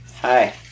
Hi